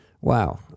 Wow